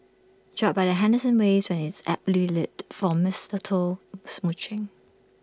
drop by the Henderson waves where it's aptly lit for mistletoe smooching